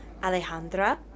Alejandra